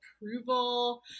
approval